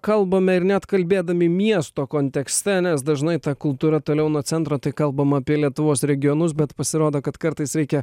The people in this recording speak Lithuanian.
kalbame ir net kalbėdami miesto kontekste nes dažnai ta kultūra toliau nuo centro tai kalbam apie lietuvos regionus bet pasirodo kad kartais reikia